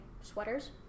sweaters